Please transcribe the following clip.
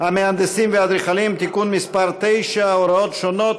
המהנדסים והאדריכלים (תיקון מס' 9) (הוראות שונות),